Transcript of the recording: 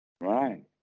Right